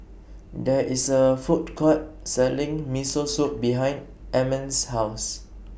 There IS A Food Court Selling Miso Soup behind Almond's House